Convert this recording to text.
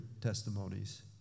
testimonies